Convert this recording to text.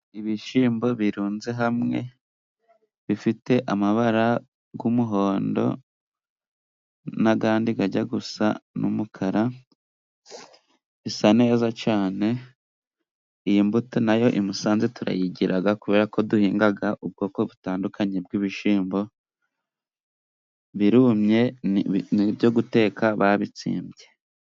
Ibishyimbo birunze hamwe bifite amabara g'umuhondo n'agandi gajya gusa n'umukara, bisa neza cane. Iyi mbuto nayo i Musanze turayigiraga, kubera ko duhingaga ubwoko butandukanye bw'ibishimbo. Birumye ni ibyo guteka babitsembye.